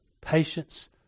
patience